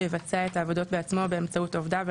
שיבצע את העבודות בעצמו או באמצעות עובדיו,